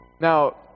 Now